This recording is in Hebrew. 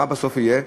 מה בסוף יהיה?